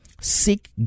Seek